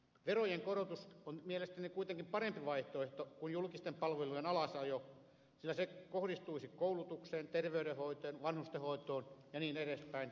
verojen korotus on mielestäni kuitenkin parempi vaihtoehto kuin julkisten palvelujen alasajo sillä se kohdistuisi koulutukseen terveydenhoitoon vanhustenhoitoon ja niin edelleen